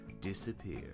disappear